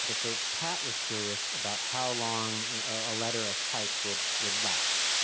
and so pat was curious about how long a letter of type would would last.